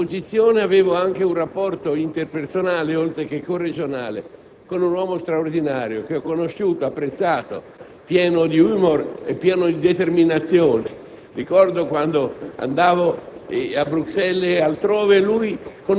Ero un liberale, come sono rimasto, e in quella posizione avevo anche un rapporto interpersonale, oltre che corregionale, con un uomo straordinario che ho conosciuto e apprezzato, pieno di *humour* e di determinazione.